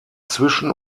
zwischen